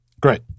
Great